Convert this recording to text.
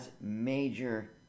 major